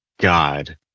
God